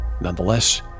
Nonetheless